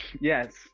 Yes